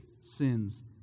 sins